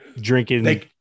drinking